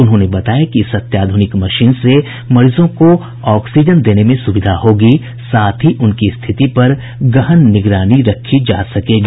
उन्होंने बताया कि इस अत्याधुनिक मशीन से मरीजों को ऑक्सीजन देने में सुविधा होगी साथ ही उनकी स्थिति पर गहन निगरानी रखी जा सकेगी